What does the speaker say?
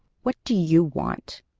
what do you want?